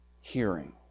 hearing